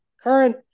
current